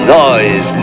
noise